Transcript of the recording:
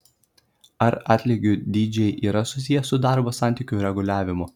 ar atlygių dydžiai yra susiję su darbo santykių reguliavimu